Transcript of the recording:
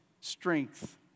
strength